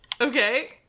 Okay